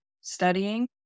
studying